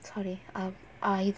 sorry err I